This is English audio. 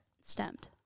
stemmed